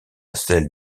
celle